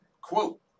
Quote